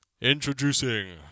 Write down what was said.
Introducing